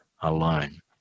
alone